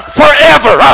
forever